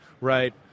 right